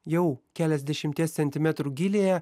jau keliasdešimties centimetrų gylyje